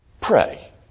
Pray